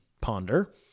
ponder